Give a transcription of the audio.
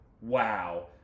Wow